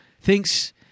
thinks